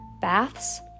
Baths